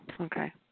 okay